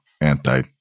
anti